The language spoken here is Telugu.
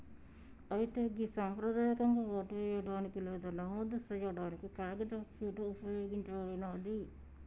అయితే గి సంప్రదాయకంగా ఓటు వేయడానికి లేదా నమోదు సేయాడానికి కాగితపు షీట్ ఉపయోగించబడినాది